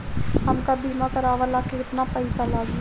हमका बीमा करावे ला केतना पईसा लागी?